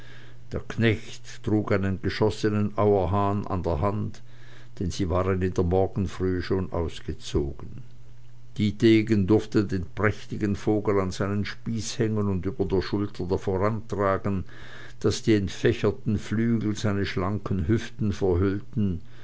der knecht trug einen geschossenen auerhahn an der hand denn sie waren in der morgenfrühe schon ausgezogen dietegen durfte den prächtigen vogel an seinen spieß hängen und über der schulter vorantragen daß die entfächerten flügel seine schlanken hüften verhüllten